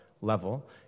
level